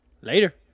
Later